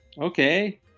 okay